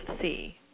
see